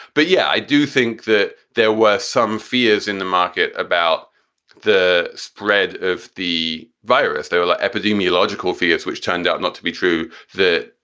but yeah, i do think that there were some fears in the market about the spread of the virus. there were like epidemiological fears which turned out not to be true, that,